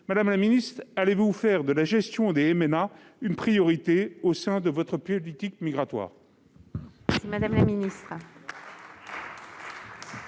Madame la ministre, allez-vous faire de la gestion des MNA une priorité au sein de votre politique migratoire ?